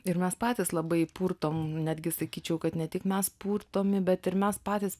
ir mes patys labai purtom netgi sakyčiau kad ne tik mes purtomi bet ir mes patys